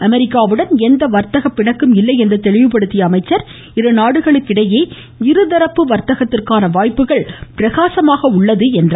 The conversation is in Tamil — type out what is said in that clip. அமெரிக்காவுடன் எந்த வர்த்தக பிணக்கும் இல்லை என்று தெளிவுபடுத்திய அமைச்சர் இருநாடுகளுக்கிடையே இருதரப்பு வாத்தகத்திற்கான வாய்ப்புகள் பிரகாசமாக உள்ளது என்றார்